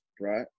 right